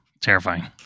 terrifying